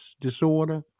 disorder